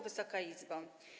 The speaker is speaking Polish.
Wysoka Izbo!